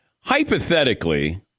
hypothetically